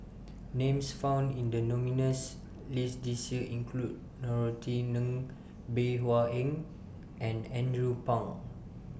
Names found in The nominees list This Year include Norothy Ng Bey Hua Heng and Andrew Phang